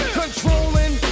controlling